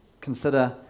consider